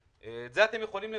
את זה אתם יכולים לבקר,